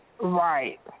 Right